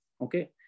Okay